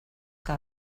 que